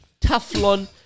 Teflon